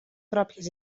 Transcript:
pròpies